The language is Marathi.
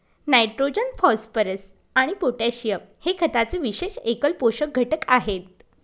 नायट्रोजन, फॉस्फरस आणि पोटॅशियम हे खताचे विशेष एकल पोषक घटक आहेत